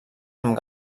amb